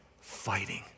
fighting